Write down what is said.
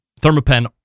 thermopen